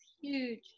huge